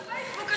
אז פייסבוק אשמים.